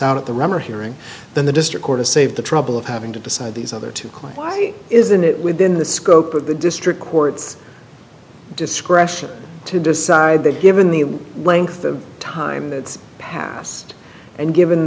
out of the rubber hearing then the district court to save the trouble of having to decide these other two clients isn't it within the scope of the district court's discretion to decide that given the length of time that's passed and given